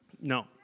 No